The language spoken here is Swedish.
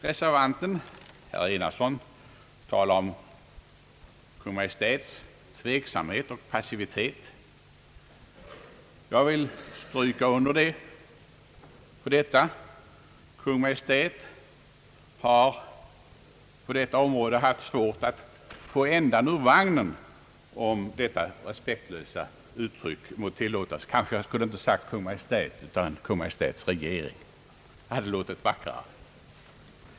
Reservanten, herr Enarsson, talar om Kungl. Maj:ts tveksamhet och passivitet. Jag vill stryka under detta. Kungl. Maj:t har på detta område haft svårt att få ändan ur vagnen, om detta respektlösa uttryck må tillåtas — jag kanske inte skulle ha sagt Kungl. Maj:t utan Kungl. Maj:ts regering, det hade då låtit vackrare.